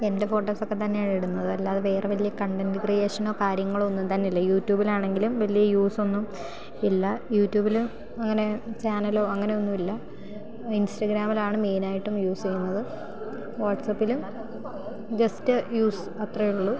എൻ്റെ ഫോട്ടോസൊക്കെ തന്നെയാണ് ഇടുന്നത് അല്ലാതെ വേറെ വലിയ കണ്ടൻറ്റ് ക്രിയേഷനോ കാര്യങ്ങളോ ഒന്നും തന്നെയില്ല യൂട്യൂബിലാണെങ്കിലും വലിയ യൂസൊന്നും ഇല്ല യൂട്യൂബിൽ അങ്ങനെ ചാനലോ അങ്ങനെയൊന്നുമില്ല ഇൻസ്റ്റഗ്രാമിലാണ് മെയിനായിട്ടും യൂസ് ചെയ്യുന്നത് വാട്സപ്പിലും ജസ്റ്റ് യൂസ് അത്രയേയുള്ളൂ